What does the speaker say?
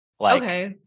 Okay